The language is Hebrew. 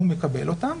הוא מקבל אותם,